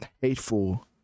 hateful